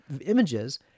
images